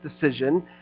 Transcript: decision